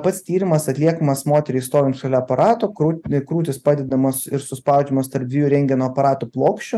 pats tyrimas atliekamas moteriai stovint šalia aparato krū krūtis padedamos ir suspaudžiamos tarp dviejų rentgeno aparato plokščių